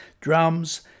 drums